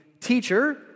teacher